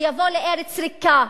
שיבוא לארץ ריקה,